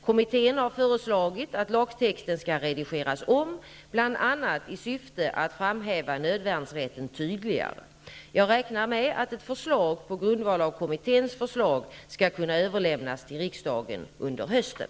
Kommittén har föreslagit att lagtexten skall redigeras om bl.a. i syfte att framhäva nödvärnsrätten tydligare. Jag räknar med att ett förslag på grundval av kommitténs förslag skall kunna överlämnas till riksdagen under hösten.